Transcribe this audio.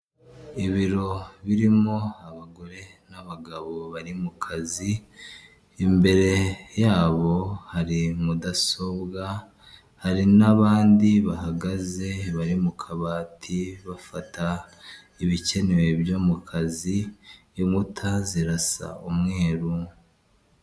Ibiro birimo abagore n'abagabo bari mu kazi, imbere yabo hari mudasobwa hari n'abandi bahagaze bari mu kabati bafata ibikenewe byo mu kazi, inkuta zirasa umweru.